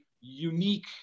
unique